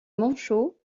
manchot